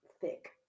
thick